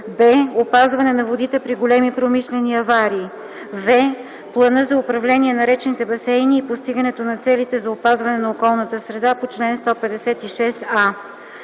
б) опазване на водите при големи промишлени аварии; в) плана за управление на речните басейни и постигането на целите за опазване на околната среда по чл. 156а.